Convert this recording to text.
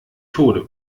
tode